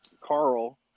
Carl